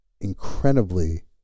incredibly